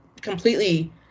completely